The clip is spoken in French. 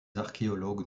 archéologues